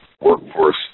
workforce